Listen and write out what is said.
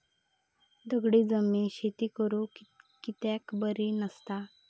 दगडी जमीन शेती करुक कित्याक बरी नसता?